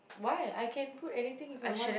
why I can put anything if I want